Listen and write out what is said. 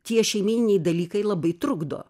tie šeimyniniai dalykai labai trukdo